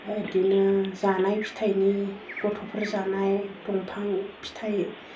बिदिनो जानाय फिथाइनि गथ'फोर जानाय दंफां फिथाइ